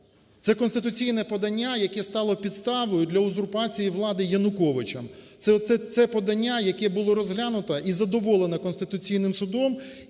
Це конституційне подання, яке стало підставою для узурпації влади Януковичем. Це подання, яке було розглянуто і задоволено Конституційним Судом.